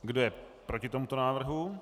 Kdo je proti tomuto návrhu?